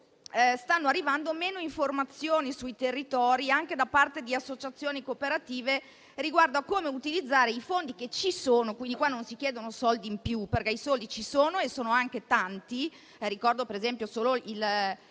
stanno arrivando meno informazioni ai territori, anche da parte di associazioni e cooperative, riguardo a come utilizzare i fondi che ci sono. Quindi, non si chiedono soldi in più, perché i soldi ci sono e sono anche tanti (ricordo per esempio il